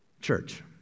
Church